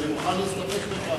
אני מוכן להסתפק בכך.